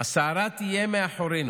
הסערה תהיה מאחורינו,